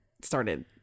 started –